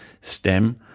stem